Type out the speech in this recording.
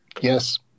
Yes